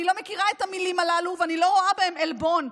אני לא מכירה במילים הללו ואני לא רואה בהן עלבון.